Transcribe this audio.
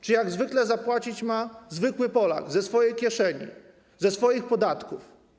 Czy jak zwykle zapłacić ma zwykły Polak ze swojej kieszeni, ze swoich podatków?